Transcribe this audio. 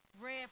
red